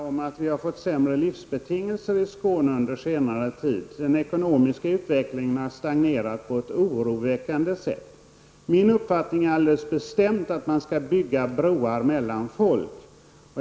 Herr talman! Carl Frick säger att vi under senare tid fått en försämring av livsbetingelserna i Skåne. Den ekonomiska utvecklingen har stagnerat på ett oroväckande sätt. Min uppfattning är alldeles bestämt, att man skall bygga broar mellan folk.